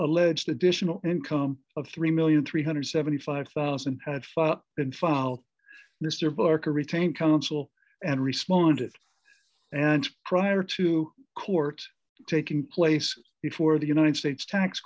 alleged additional income of three million three hundred and seventy five thousand had been file mr parker retained counsel and responded and prior to court taking place before the united states tax